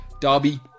derby